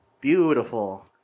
beautiful